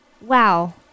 wow